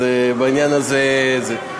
אז בעניין הזה זה,